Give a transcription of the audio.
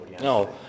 No